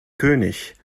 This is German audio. könig